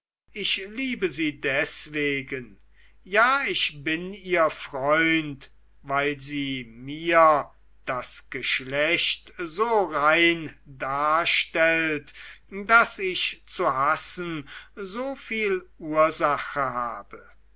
ich liebe sie deswegen ja ich bin ihr freund weil sie mir das geschlecht so rein darstellt das ich zu hassen so viel ursache habe